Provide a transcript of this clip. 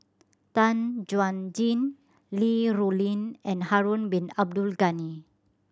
Tan Chuan Jin Li Rulin and Harun Bin Abdul Ghani